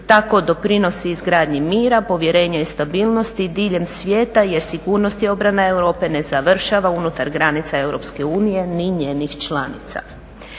Tako doprinosi izgradnji mira, povjerenja i stabilnosti diljem svijeta jer sigurnost i obrana Europe ne završava unutar granica EU ni njenih članica.